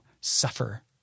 suffer